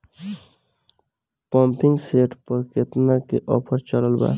Pumping set पर केतना के ऑफर चलत बा?